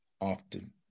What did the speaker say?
often